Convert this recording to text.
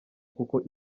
kuko